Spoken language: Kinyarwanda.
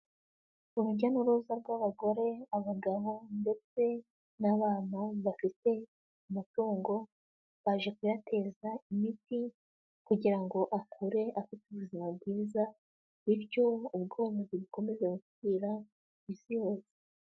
Urujya n'uruza rw'abagore, abagabo ndetse n'abana bafite amatungo, baje kuyateza imiti kugira ngo akure afite ubuzima bwiza, bityo ubworozi bukomeza gukwira ku isi hose.